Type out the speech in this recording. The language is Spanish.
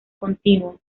continuo